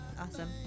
awesome